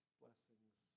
blessings